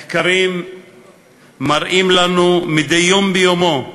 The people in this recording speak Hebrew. מחקרים מראים לנו, מדי יום ביומו,